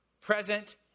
present